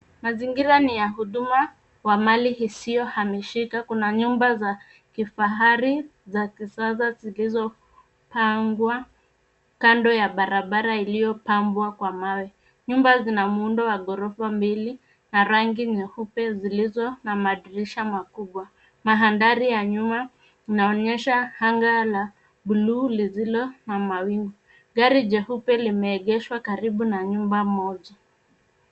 Mazingira ni ya huduma wa mali isiyohamishika. Kuna nyumba za kifarahi za kisasa zilizopangwa kando ya barabara iliyopambwa kwa mawe. Nyumba zina muundo wa ghorofa mbili na rangi nyeupe zilizo na madirisha makubwa. Mandhari ya nyuma inaonyesha anga la blue lisilo na mawingu. Gari jeupe limeegeshwa karibu na nyumba moja.